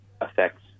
affects